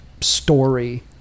story